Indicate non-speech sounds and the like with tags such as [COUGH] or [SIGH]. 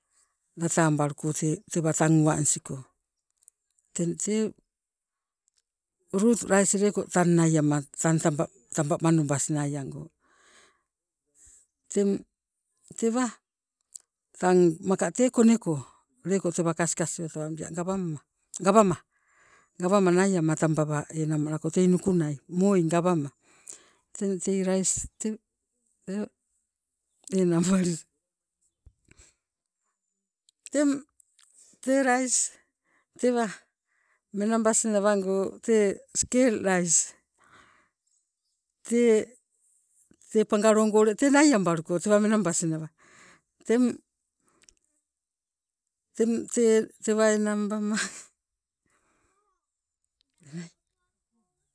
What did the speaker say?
Latawambaluko tee tewa tang uwanisigo, teng tee rut lais leko tang naiama tantaba taba manobas naiango. Teng tewa tang maka tee koneko leko tewa kaskasio tababia gawamma gawama, gawama naiama tambawa enang malako tei nukunai, mooii gawama, teng tei lais [UNINTELLIGIBLE] [LAUGHS] teng tee lais tewa menabas nawango tee skel lais tee pangalogo tee naiambaluko, teng tee tewa enang bama. [LAUGHS]